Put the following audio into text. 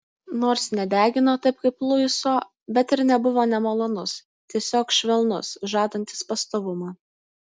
nors nedegino taip kaip luiso bet ir nebuvo nemalonus tiesiog švelnus žadantis pastovumą